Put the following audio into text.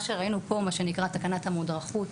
שראינו פה מה שנקרא תקנת המודרכות,